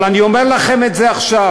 אבל אני אומר לכם את זה עכשיו: